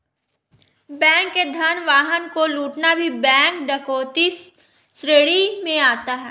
bank के धन वाहन को लूटना भी बैंक डकैती श्रेणी में आता है